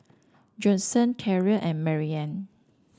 Judson Terrell and Marianne